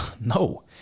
No